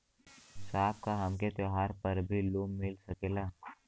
साहब का हमके त्योहार पर भी लों मिल सकेला?